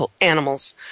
animals